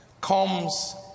comes